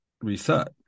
reset